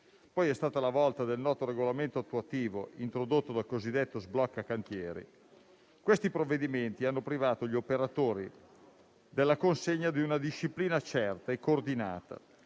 poi è stata la volta del noto regolamento attuativo introdotto dal cosiddetto sblocca cantieri. Questi provvedimenti hanno privato gli operatori della consegna di una disciplina certa e coordinata